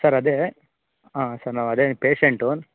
sir ಅದೇ ಹಾಂ sir ನಾವು ಅದೇ ನಿಮ್ಮ ಪೇಶೆಂಟ್